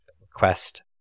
request